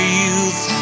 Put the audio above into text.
youth